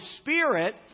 Spirit